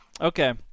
Okay